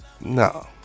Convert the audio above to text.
No